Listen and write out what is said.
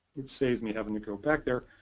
it saved me having to go back there.